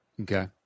Okay